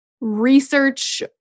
research